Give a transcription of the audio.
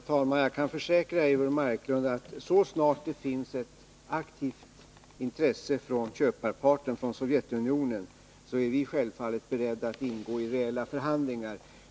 Herr talman! Jag kan försäkra Eivor Marklund att så snart det finns ett aktivt intresse från köparparten, dvs. Sovjetunionen, så är vi självfallet beredda att gå in i reella förhandlingar.